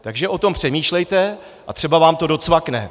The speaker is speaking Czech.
Takže o tom přemýšlejte a třeba vám to docvakne!